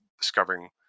discovering